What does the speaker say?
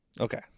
Okay